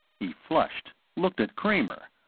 he flushed, looked at kramer,